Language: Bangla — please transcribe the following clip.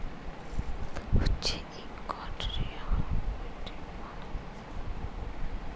বিদ্যাসি ইস্ট্যাল্ডার্ডাইজেশল সংস্থা হছে ইকট লিয়লত্রলকারি মাল হিঁসাব ক্যরে